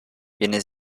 viene